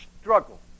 struggle